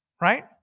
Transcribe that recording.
right